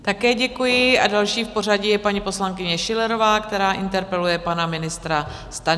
Také děkuji a další v pořadí je paní poslankyně Schillerová, která interpeluje pana ministra Stanjuru.